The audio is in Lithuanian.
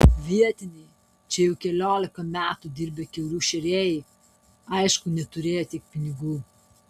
vietiniai čia jau keliolika metų dirbę kiaulių šėrėjai aišku neturėjo tiek pinigų